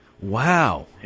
Wow